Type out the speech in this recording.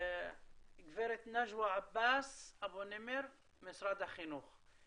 גב' נג'וא עבאס אבו נימר, משרד החינוך.